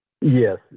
Yes